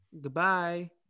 goodbye